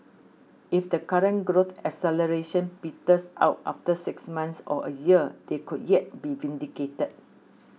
if the current growth acceleration peters out after six months or a year they could yet be vindicated